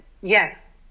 yes